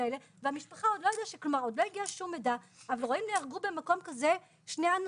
האלה ולמשפחה עוד לא הגיע שום מידע,